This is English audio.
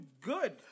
good